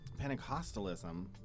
Pentecostalism